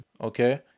Okay